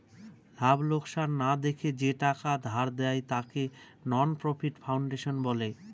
লাভ লোকসান না দেখে যে টাকা ধার দেয়, তাকে নন প্রফিট ফাউন্ডেশন বলে